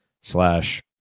slash